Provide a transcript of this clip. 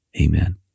Amen